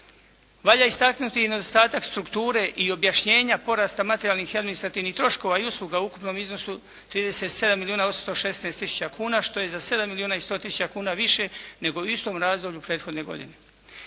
Valja istaknuti i nedostatak strukture i objašnjenja porasta materijalnih i administrativnih troškova i usluga u ukupnom iznos od 37 milijuna 816 tisuća kuna što je za 7 milijuna i 100 tisuća kuna više nego u istom razdoblju prethodne godine.